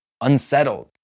unsettled